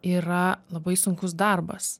yra labai sunkus darbas